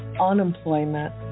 unemployment